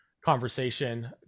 conversation